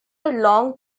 long